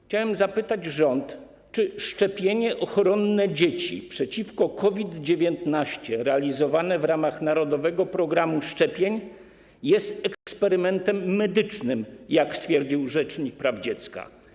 Chciałbym zapytać rząd, czy szczepienie ochronne dzieci przeciwko COVID-19, realizowane w ramach narodowego programu szczepień, jest eksperymentem medycznym, jak stwierdził rzecznik praw dziecka.